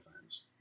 fans